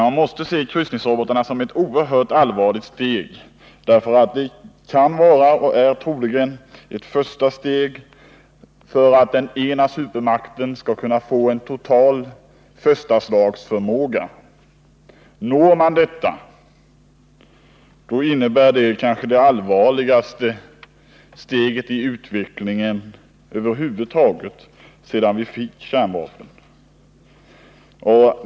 Man måste emellertid se ytterst allvarligt på kryssningsrobotarna. De kan vara och är troligen ett första steg mot att den ena supermakten skall få en total förstaslagsförmåga. Det skulle innebära det kanske allvarligaste steget i utvecklingen över huvud taget sedan vi fick kärnvapen.